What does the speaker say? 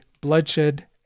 bloodshed